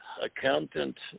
accountant